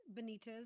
Benitez